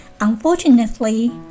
unfortunately